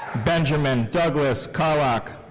benjamin douglas carlock.